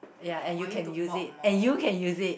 ya and you can use it and you can use it